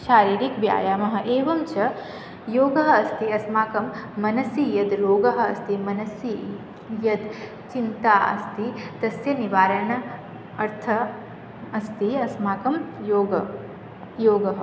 शारीरिकव्यायामः एवं च योगः अस्ति अस्माकं मनसि यद् रोगः अस्ति मनसि यद् चिन्ता अस्ति तस्य निवारणार्थम् अस्ति अस्माकं योग योगः